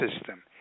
system